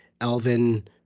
Elvin